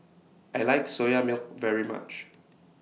I like Soya Milk very much